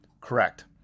Correct